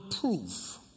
proof